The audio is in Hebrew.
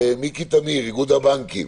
מיקי טמיר, איגוד הבנקים.